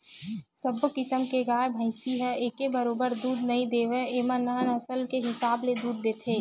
सब्बो किसम के गाय, भइसी ह एके बरोबर दूद नइ देवय एमन ह नसल के हिसाब ले दूद देथे